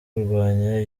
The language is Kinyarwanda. kurwanya